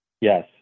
Yes